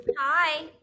Hi